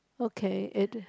okay it